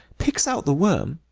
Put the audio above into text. picks out the worm,